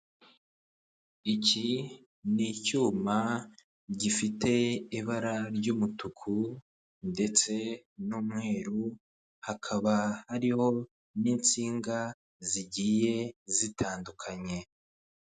Iki ni icyuma gifite ibara ry'umutuku ndetse n'umweru hakaba hariho n'insinga zigiye zitandukanye.